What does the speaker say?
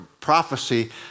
prophecy